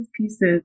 pieces